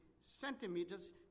centimeters